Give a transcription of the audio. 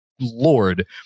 Lord